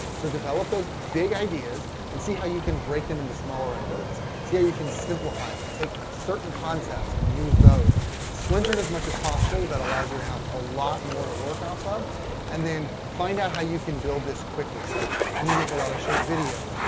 so develop those big ideas and see how you can break them into smaller ideas, see how you can simplify them take certain concepts and use those splintered as much as possible that allows you to have a lot more to work off and then find out how you can build this quickly. so can you make a lot of short videos?